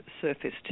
surface